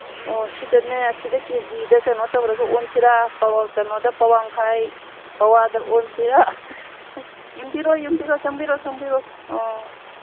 ꯑꯣ ꯁꯤꯗꯅꯦ ꯁꯤꯗ ꯀꯦ ꯖꯤꯗ ꯀꯩꯅꯣ ꯇꯧꯔꯒ ꯑꯣꯟꯁꯤꯔꯥ ꯀꯩꯅꯣꯗ ꯄꯋꯥꯡꯈꯥꯏ ꯄꯋꯥꯗ ꯑꯣꯟꯁꯤꯔꯥ ꯌꯦꯡꯕꯤꯔꯣ ꯌꯦꯡꯕꯤꯔꯣ ꯆꯪꯕꯤꯔꯛꯑꯣ ꯆꯪꯕꯤꯔꯛꯑꯣ ꯑꯥ